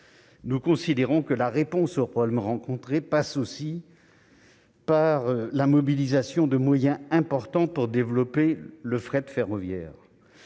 nous considérons que la réponse au problème rencontré passe aussi par la mobilisation de moyens importants pour développer le fret ferroviaire.